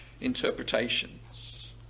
interpretations